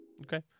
Okay